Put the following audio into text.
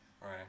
Right